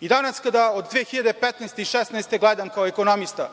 I danas, kada od 2015. i 2016. godine gledam kao ekonomista